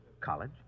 College